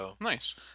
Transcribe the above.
Nice